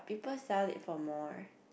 sell it for more